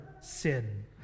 sin